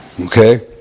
Okay